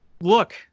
look